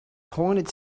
pointed